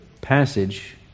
passage